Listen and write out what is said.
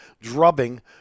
drubbing